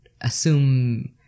assume